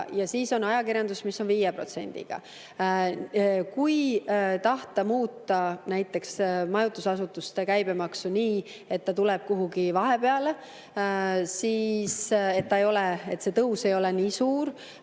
on 20% ja ajakirjandus on 5%. Kui tahta muuta näiteks majutusasutuste käibemaksu nii, et ta tuleb kuhugi vahepeale, et see tõus ei ole nii suur,